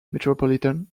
metropolitan